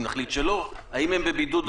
אם נחליט שלא האם הם בבידוד או לא.